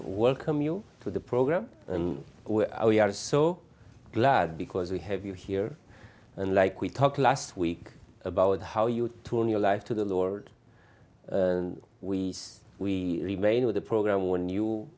welcome you to the program and we are so glad because we have you here and like we talked last week about how you turn your life to the lord and we we remain with the program when you